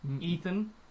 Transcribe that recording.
Ethan